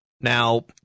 Now